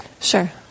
Sure